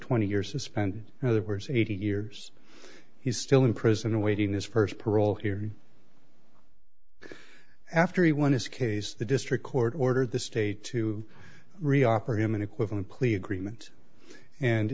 twenty years to spend other words eighteen years he's still in prison awaiting this st parole here after he won his case the district court ordered the state to re oper him an equivalent plea agreement and